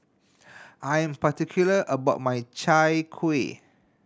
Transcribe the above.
I am particular about my Chai Kueh